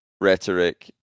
rhetoric